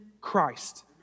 Christ